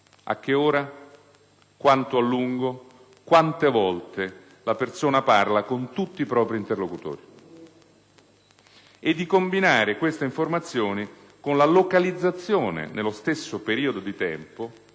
(a che ora, quanto a lungo, quante volte la persona parla con tutti i propri interlocutori) e di combinare queste informazioni con la localizzazione, nello stesso periodo di tempo,